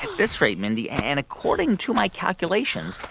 this rate, mindy, and according to my calculations,